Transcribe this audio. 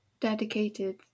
dedicated